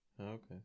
Okay